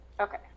okay